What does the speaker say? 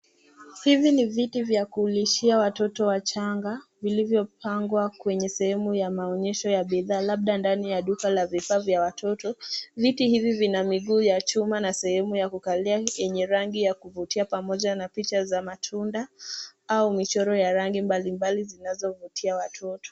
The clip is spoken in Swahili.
Hivi ni viti vya kulishia watoto wachanga vilivyopangwa kwenye sehemu ya maonyesho ya bidhaa labda ndani ya duka la vifaa vya watoto. Viti hivi vina miguu ya chuma na sehemu ya kukalia yenye rangi ya kuvutia pamoja na picha za matunda au michoro ya rangi mbalimbali zinazovutia watoto.